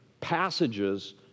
passages